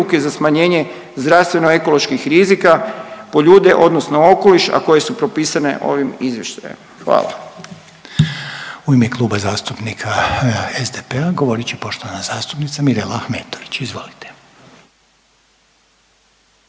za smanjenje zdravstveno ekoloških rizika po ljude odnosno okoliš, a koje su propisane ovim izvještajem, hvala. **Reiner, Željko (HDZ)** U ime Kluba zastupnika SDP-a govorit će poštovan zastupnica Mirela Ahmetović, izvolite.